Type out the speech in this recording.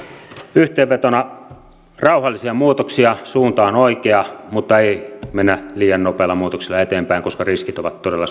yhteenvetona rauhallisia muutoksia suunta on oikea mutta ei mennä liian nopeilla muutoksilla eteenpäin koska riskit ovat todella